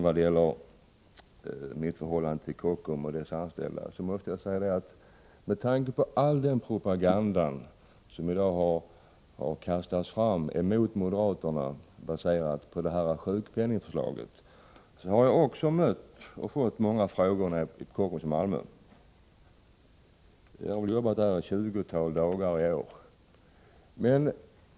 I vad gäller mitt förhållande till Kockums och dess anställda vill jag säga följande: Med tanke på all den propaganda som har kastats fram mot moderaterna, baserad på sjukpenningförslaget, vill jag säga att även jag har fått många frågor nere på Kockums i Malmö. Jag har arbetat där ett tjugotal dagar i år.